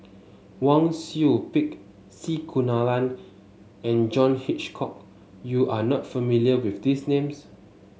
Wang Sui Pick C Kunalan and John Hitchcock you are not familiar with these names